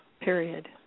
period